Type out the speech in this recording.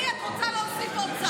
להליך הפלילי את רוצה להוסיף עוד,